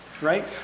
right